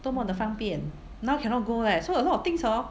多么的方便 now cannot go eh so a lot of things hor